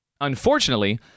unfortunately